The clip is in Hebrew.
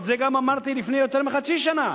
גם את זה אמרתי לפני יותר מחצי שנה,